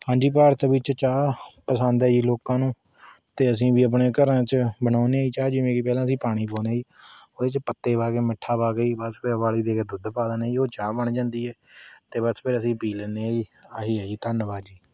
ਹਾਂਜੀ ਭਾਰਤ ਵਿੱਚ ਚਾਹ ਪਸੰਦ ਹੈ ਜੀ ਲੋਕਾਂ ਨੂੰ ਅਤੇ ਅਸੀਂ ਵੀ ਆਪਣੇ ਘਰਾਂ 'ਚ ਬਣਾਉਣੇ ਹਾਂ ਜੀ ਚਾਹ ਜਿਵੇਂ ਕਿ ਪਹਿਲਾਂ ਅਸੀਂ ਪਾਣੀ ਪਾਉਂਦੇ ਹਾਂ ਜੀ ਉਹਦੇ 'ਚ ਪੱਤੇ ਪਾ ਕੇ ਮਿੱਠਾ ਪਾ ਕੇ ਜੀ ਬਸ ਫਿਰ ਉਬਾਲੀ ਦੇ ਕੇ ਦੁੱਧ ਪਾ ਦਿੰਦੇ ਹਾਂ ਜੀ ਉਹ ਚਾਹ ਬਣ ਜਾਂਦੀ ਹੈ ਅਤੇ ਬਸ ਫਿਰ ਅਸੀਂ ਪੀ ਲੈਂਦੇ ਹਾਂ ਜੀ ਆਹੀ ਹੈ ਜੀ ਧੰਨਵਾਦ ਜੀ